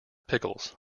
pickles